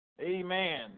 Amen